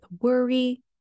worry